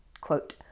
Quote